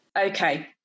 Okay